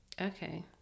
Okay